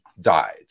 died